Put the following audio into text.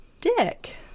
dick